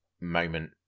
moment